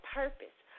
purpose